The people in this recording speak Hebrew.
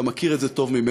אתה מכיר את זה טוב ממני.